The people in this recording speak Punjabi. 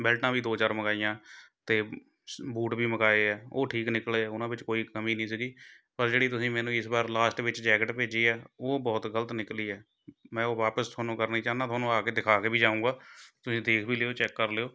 ਬੈਲਟਾਂ ਵੀ ਦੋ ਚਾਰ ਮੰਗਾਈਆਂ ਅਤੇ ਸ ਬੂਟ ਵੀ ਮੰਗਾਏ ਆ ਉਹ ਠੀਕ ਨਿਕਲੇ ਉਹਨਾਂ ਵਿੱਚ ਕੋਈ ਕਮੀਂ ਨਹੀਂ ਸੀਗੀ ਪਰ ਜਿਹੜੀ ਤੁਸੀਂ ਮੈਨੂੰ ਇਸ ਵਾਰ ਲਾਸਟ ਵਿੱਚ ਜੈਕਟ ਭੇਜੀ ਹੈ ਉਹ ਬਹੁਤ ਗ਼ਲਤ ਨਿਕਲੀ ਹੈ ਮੈਂ ਉਹ ਵਾਪਸ ਤੁਹਾਨੂੰ ਕਰਨੀ ਚਾਹੁੰਦਾ ਤੁਹਾਨੂੰ ਆ ਕੇ ਦਿਖਾ ਕੇ ਵੀ ਜਾਊਂਗਾ ਤੁਸੀਂ ਦੇਖ ਵੀ ਲਿਓ ਚੈੱਕ ਕਰ ਲਿਓ